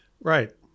Right